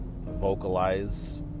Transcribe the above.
vocalize